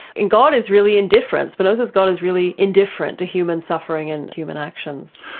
and god is really indifferent, spinoza's god is really indifferent to human suffering and human actions.